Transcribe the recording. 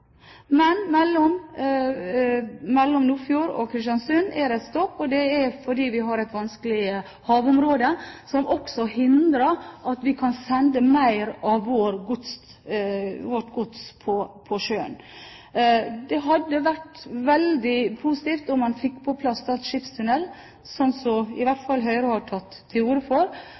Men mellom Nordfjord og Kristiansund er det stopp, og det er fordi det er et vanskelig havområde, og det hindrer oss også i å sende mer av vårt gods på sjøen. Det hadde vært veldig positivt om man fikk på plass Stad skipstunnel – sånn som i hvert fall Høyre har tatt til orde for